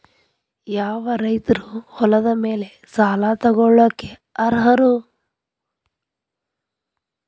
ಯಾವ ರೈತರು ಹೊಲದ ಮೇಲೆ ಸಾಲ ತಗೊಳ್ಳೋಕೆ ಅರ್ಹರು?